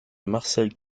marcel